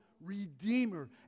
redeemer